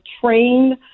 trained